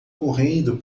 correndo